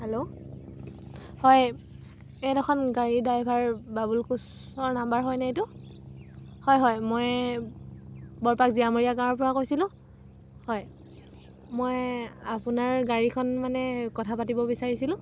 hello হয় এইখন গাড়ীৰ ড্ৰাইভাৰ বাবুল কোচৰ নাম্বাৰ হয়নে এইটো হয় হয় মই বৰপাক জীয়ামৰিয়া গাঁৱৰ পৰা কৈছিলোঁ হয় মই আপোনাৰ গাড়ীখন মানে সেই কথা পাতিব বিচাৰিছিলোঁ